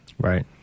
Right